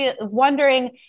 wondering